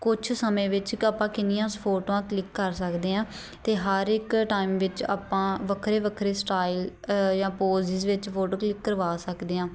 ਕੁਛ ਸਮੇਂ ਵਿੱਚ ਕਿ ਆਪਾਂ ਕਿੰਨੀਆਂ ਸ ਫੋਟੋਆਂ ਕਲਿੱਕ ਕਰ ਸਕਦੇ ਹਾਂ ਅਤੇ ਹਰ ਇੱਕ ਟਾਈਮ ਵਿੱਚ ਆਪਾਂ ਵੱਖਰੇ ਵੱਖਰੇ ਸਟਾਈਲ ਜਾਂ ਪੋਜ਼ਿਜ਼ ਵਿੱਚ ਫੋਟੋ ਕਲਿੱਕ ਕਰਵਾ ਸਕਦੇ ਹਾਂ